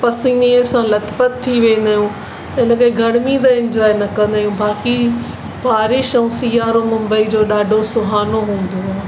पसीने सां लथ पथ थी वेंदा आहियूं त इन करे गरमी त इंजॉय न कंदा आहियूं बाक़ी बारिश ऐं सीआरो मुंबई जो ॾाढो सुहानो हूंदो आहे